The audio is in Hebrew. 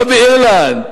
לא באירלנד.